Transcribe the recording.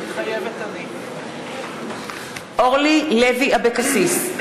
מתחייבת אני אורלי לוי אבקסיס,